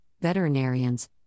veterinarians